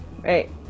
right